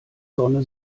sonne